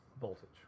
voltage